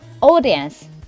audience